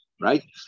right